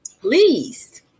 Please